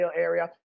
area